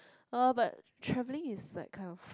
uh but travelling is like kind of